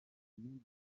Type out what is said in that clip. byinshi